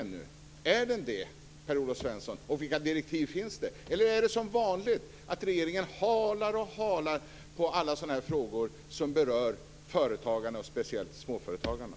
Är den det, Per-Olof Svensson, och vilka direktiv finns, eller är det som vanligt, att regeringen förhalar och förhalar i alla sådana här frågor som berör företagarna och speciellt småföretagarna?